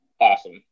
awesome